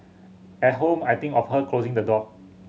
at home I think of her closing the door